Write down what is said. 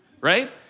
Right